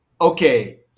okay